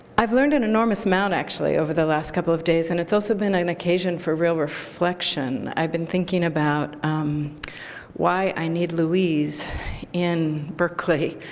i've learned an enormous amount, actually, over the last couple of days. and it's also been an occasion for real reflection. i've been thinking about why i need louise in berkeley.